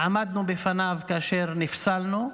עמדנו בפניו, כאשר נפסלנו,